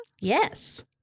Yes